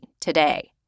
today